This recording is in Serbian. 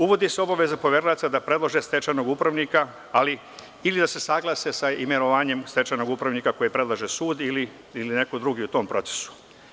Uvodi se obaveza poverilaca da predlože stečajnog upravnika, ali ili da se saglase sa imenovanjem stečajnog upravnika koji predlaže sud, ili neko drugi u tom procesu.